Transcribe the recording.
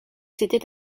c’était